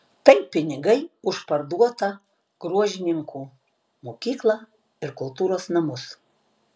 tai pinigai už parduotą gruožninkų mokyklą ir kultūros namus